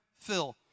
fill